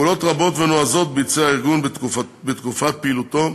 פעולות רבות ונועזות ביצע הארגון בתקופת פעילותו,